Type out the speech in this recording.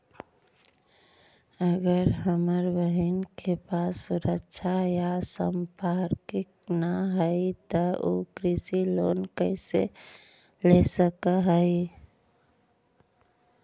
अगर हमर बहिन के पास सुरक्षा या संपार्श्विक ना हई त उ कृषि लोन कईसे ले सक हई?